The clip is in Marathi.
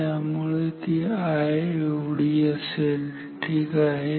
त्यामुळे ती I एवढी असेल ठीक आहे